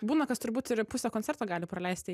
būna kas turbūt ir pusę koncerto gali praleisti